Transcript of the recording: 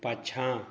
पाछाँ